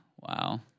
wow